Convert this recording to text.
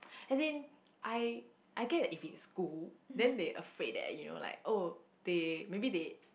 as in I I get if it's school then they afraid that you know like oh they maybe they